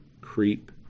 creep